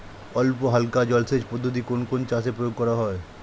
অল্পহালকা জলসেচ পদ্ধতি কোন কোন চাষে প্রয়োগ করা হয়?